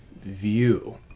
view